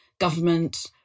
government